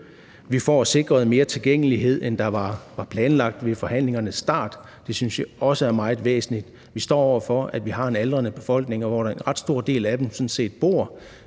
Vi får sikret mere tilgængelighed, end der var planlagt ved forhandlingernes start. Det synes vi også er meget væsentligt. Vi står over for, at vi har en aldrende befolkning, hvor en ret stor del sådan set bor